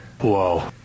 Whoa